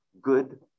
good